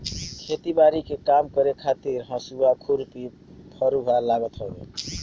खेती बारी के काम करे खातिर हसुआ, खुरपी, फरुहा लागत हवे